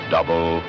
Double